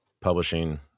Publishing